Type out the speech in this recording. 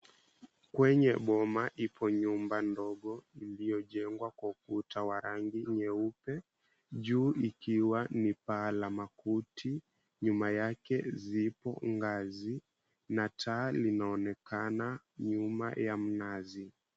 Kwenye boma ipo nyumba ndogo iliyojengwa kwa ukuta wa rangi nyeupe juu ikiwa ni paa la makuti nyuma yake zipo ngazi na taa linaonekana nyuma ya mnazi.